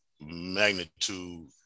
magnitude